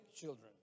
children